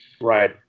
Right